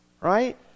right